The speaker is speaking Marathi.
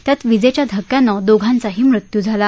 यामुळे विजेच्या धक्कयाने दोघांचाही मृत्यू झाला